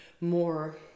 more